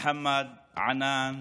מוחמד, ענאן,